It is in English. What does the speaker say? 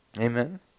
Amen